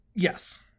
Yes